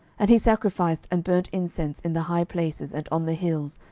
and he sacrificed and burnt incense in the high places, and on the hills,